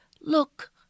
Look